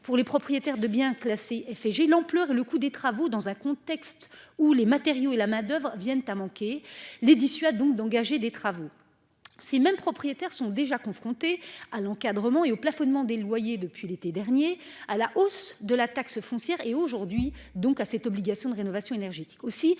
pour les propriétaires de biens classés F et j'ai l'ampleur et le coût des travaux dans un contexte où les matériaux et la main d'oeuvre viennent à manquer les dissuade donc d'engager des travaux. Ces mêmes propriétaires sont déjà confrontés à l'encadrement et au plafonnement des loyers, depuis l'été dernier à la hausse de la taxe foncière et aujourd'hui donc à cette obligation de rénovation énergétique